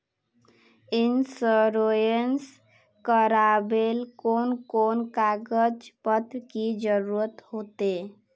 Insurance करावेल कोन कोन कागज पत्र की जरूरत होते?